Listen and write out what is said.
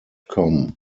com